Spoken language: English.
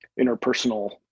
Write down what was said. interpersonal